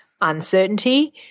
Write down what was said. uncertainty